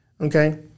Okay